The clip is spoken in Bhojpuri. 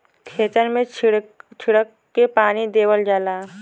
खेतन मे छीड़क छीड़क के पानी देवल जाला